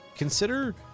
Consider